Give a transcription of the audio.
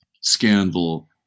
scandal